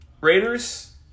Raiders